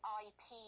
ip